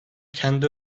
kendi